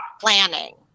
planning